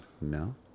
no